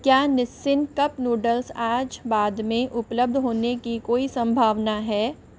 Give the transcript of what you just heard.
क्या Nissin cup noodles आज बाद में उपलब्ध होने की कोई सम्भावना है